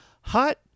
hot